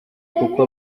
kuko